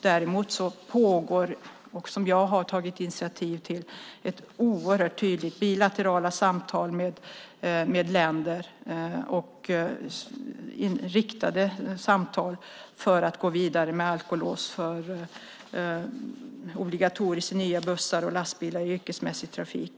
Däremot pågår det - jag har tagit initiativ till det - oerhört tydliga bilaterala samtal med länder och riktade samtal för att gå vidare med alkolås så att det kan bli obligatoriskt i nya bussar och lastbilar i yrkesmässig trafik.